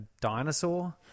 dinosaur